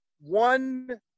one